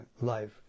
life